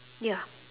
ya